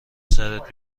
سرت